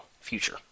future